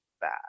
bad